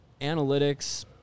analytics